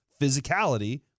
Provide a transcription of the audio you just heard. physicality